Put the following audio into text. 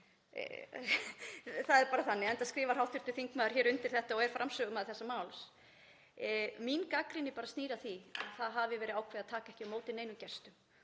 Það er bara þannig, enda skrifar hv. þingmaður undir þetta og er framsögumaður þessa máls. Mín gagnrýni snýr að því að það hafi verið ákveðið að taka ekki á móti neinum gestum,